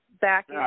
Back